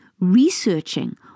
researching